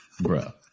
Bruh